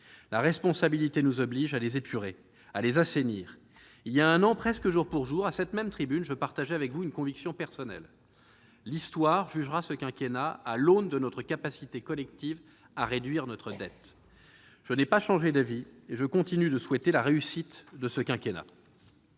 La responsabilité nous oblige à les épurer, à les assainir. Il y a un an, presque jour pour jour, à cette même tribune, je partageais avec vous une conviction personnelle : l'histoire jugera ce quinquennat à l'aune de notre capacité collective à réduire notre dette. Je n'ai pas changé d'avis, et je continue de souhaiter la réussite de ce quinquennat.